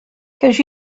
cause